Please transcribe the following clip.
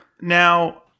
Now